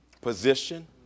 position